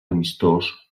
amistós